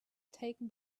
taken